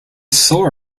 saw